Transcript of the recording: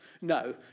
No